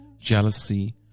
jealousy